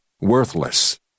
worthless